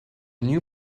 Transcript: new